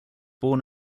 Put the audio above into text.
born